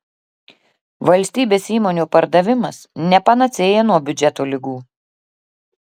valstybės įmonių pardavimas ne panacėja nuo biudžeto ligų